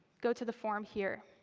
go to the form here.